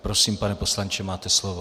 Prosím, pane poslanče, máte slovo.